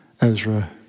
Ezra